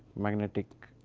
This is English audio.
magnetic